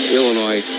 Illinois